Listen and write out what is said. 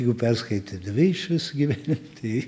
jų perskaitė dvi iš viso gyvenime tai